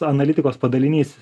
analitikos padalinys